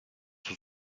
sous